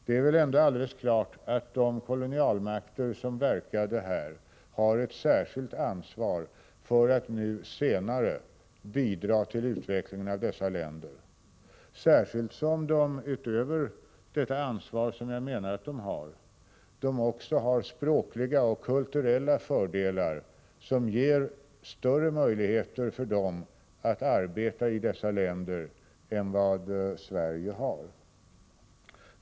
Det är väl ändå alldeles klart att de kolonialmakter som verkade i olika länder har ett särskilt ansvar för att nu i ett senare skede bidra till utvecklingen i dessa länder, särskilt som de också har språkliga och kulturella fördelar som ger större möjligheter för dem att arbeta i dessa länder än vad Sverige har.